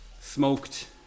smoked